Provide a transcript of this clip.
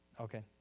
Okay